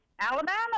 Alabama